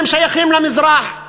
הם שייכים למזרח.